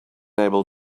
able